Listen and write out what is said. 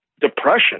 depression